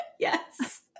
Yes